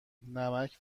نمک